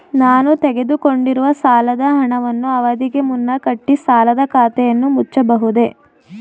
ನಾನು ತೆಗೆದುಕೊಂಡಿರುವ ಸಾಲದ ಹಣವನ್ನು ಅವಧಿಗೆ ಮುನ್ನ ಕಟ್ಟಿ ಸಾಲದ ಖಾತೆಯನ್ನು ಮುಚ್ಚಬಹುದೇ?